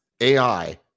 ai